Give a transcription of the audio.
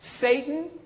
Satan